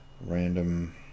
random